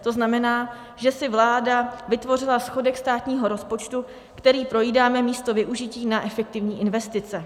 To znamená, že si vláda vytvořila schodek státního rozpočtu, který projídáme, místo využití na efektivní investice.